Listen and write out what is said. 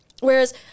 Whereas